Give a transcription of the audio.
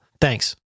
Thanks